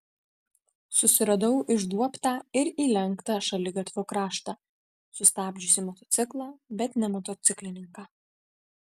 susiradau išduobtą ir įlenktą šaligatvio kraštą sustabdžiusį motociklą bet ne motociklininką